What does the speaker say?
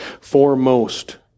Foremost